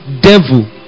devil